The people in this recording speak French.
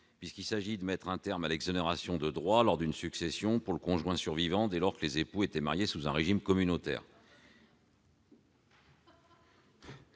puisqu'il s'agit de mettre un terme à l'exonération de droits lors d'une succession pour le conjoint survivant, dès lors que les époux étaient mariés sous un régime communautaire.